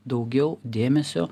daugiau dėmesio